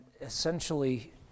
essentially